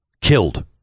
killed